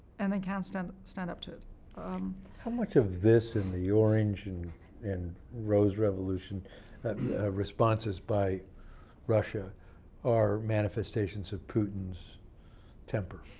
and they can't stand stand up to how much of this and the orange and and rose revolution responses by russia are manifestations of putin's temper?